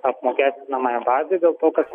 apmokestinamąją bazę dėl to kad